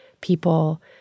people